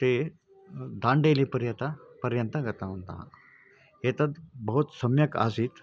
ते दाण्डेलिपर्यतं पर्यन्तं गतवन्तः एतत् बहु सम्यक् आसीत्